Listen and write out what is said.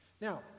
Now